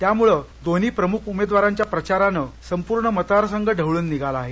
त्यामुळे दोन्ही प्रमुख उमेदवारांच्या प्रचारानं संपूर्ण मतदारसंघ ढवळून निघाला आहे